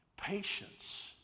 Patience